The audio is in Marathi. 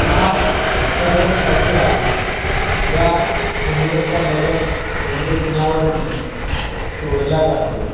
हा सर्व कचरा या समुद्राच्या लगत समुद्रकिन्यावरती सोडला जातो